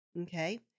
okay